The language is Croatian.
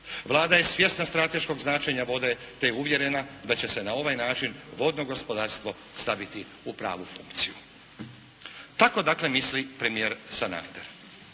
Vlada je svjesna strateškog značenja vode te je uvjerena da će se na ovaj način vodno gospodarstvo staviti u pravu funkciju." Tako dakle misli premijer Sanader.